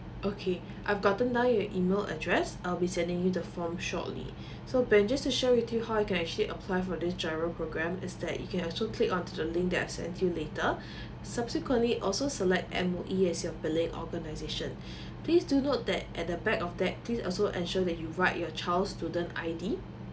okay I've gotten down your email address I'll be sending you the form shortly so ben just to share with you how you can actually apply for this giro program is that you can also click on to the link that I send you later subsequently also select M_O_E as your billing organisation please do note that at the back of that please also ensure that you write your child student I_D okay